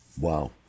Wow